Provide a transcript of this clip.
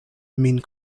min